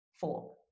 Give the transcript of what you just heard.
Four